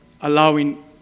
allowing